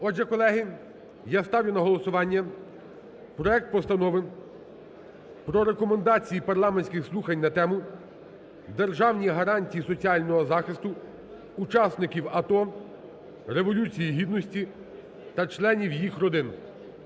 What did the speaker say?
Отже, колеги, я ставлю на голосування проект Постанови про Рекомендації парламентських слухань на тему: "Державні гарантії соціального захисту учасників АТО, Революції Гідності та членів їх родин: